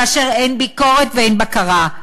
כאשר אין ביקורת ואין בקרה,